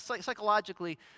psychologically